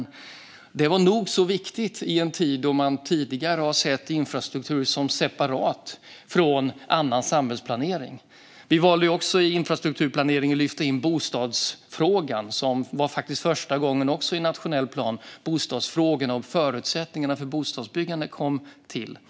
Detta var nog så viktigt när man tidigare har sett infrastruktur som separat från annan samhällsplanering. Vi valde att också lyfta in bostadsfrågan i infrastrukturplaneringen. Det var också första gången som bostadsfrågorna och förutsättningarna för bostadsbyggande kom med i nationell plan.